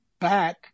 back